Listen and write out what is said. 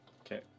Okay